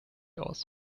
aus